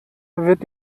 wird